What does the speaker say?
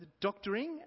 doctoring